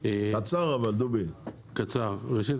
ראשית,